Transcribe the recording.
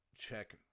check